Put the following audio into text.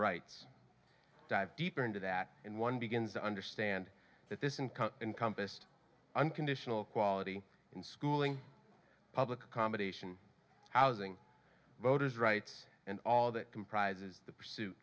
rights dive deeper into that in one begins to understand that this income encompassed unconditional quality in schooling public accommodation housing voters rights and all that comprises the pursuit